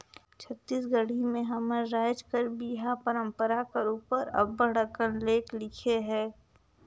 छत्तीसगढ़ी में हमर राएज कर बिहा परंपरा कर उपर अब्बड़ अकन लेख लिखे हे